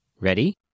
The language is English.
Ready